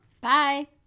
Bye